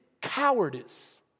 cowardice